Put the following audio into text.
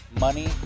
money